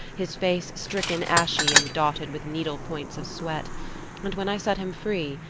his face stricken ashy and dotted with needle points of sweat and when i set him free,